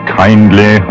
kindly